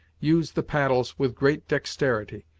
used the paddles with great dexterity,